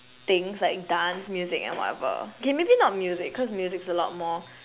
things like dance music and whatever K maybe not music cause music is a lot more